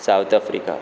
South Africa